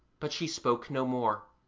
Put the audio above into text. but she spoke no more,